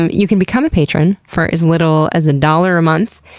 and you can become a patron for as little as a dollar a month,